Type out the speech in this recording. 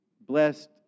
Blessed